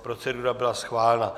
Procedura byla schválena.